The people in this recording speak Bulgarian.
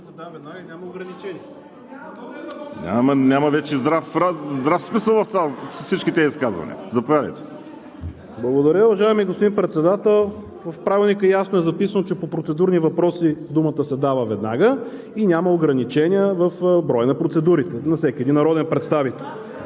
Няма вече здрав смисъл с всички тези изказвания. Заповядайте. ФИЛИП ПОПОВ (БСП за България): Благодаря, уважаеми господин Председател. В Правилника ясно е записано, че по процедурни въпроси думата се дава веднага и няма ограничения в броя на процедурите на всеки един народен представител.